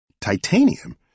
Titanium